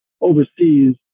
overseas